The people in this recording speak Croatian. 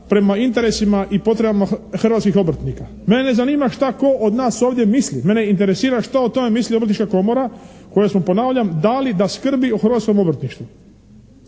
prema interesima i potrebama hrvatskih obrtnika. Mene ne zanima šta tko od nas ovdje misli, mene interesira šta o tome misli Obrtnička komora kojoj smo ponavljam dali da skrbi o hrvatskom obrtništvu,